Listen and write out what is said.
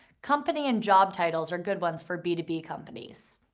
company and job titles are good ones for b to b companies.